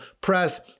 press